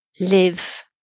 live